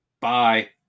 bye